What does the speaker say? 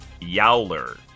Yowler